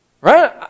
right